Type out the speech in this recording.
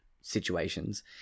situations